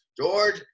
George